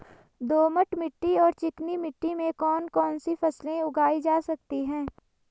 दोमट मिट्टी और चिकनी मिट्टी में कौन कौन सी फसलें उगाई जा सकती हैं?